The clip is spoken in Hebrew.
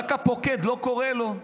שרק הפוקד לא קורא לו.